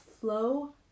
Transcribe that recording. flow